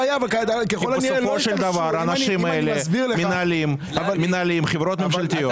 בסופו של דבר האנשים האלה מנהלים חברות ממשלתיות.